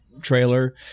trailer